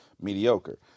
mediocre